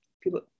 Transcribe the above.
people